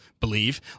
believe